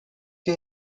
que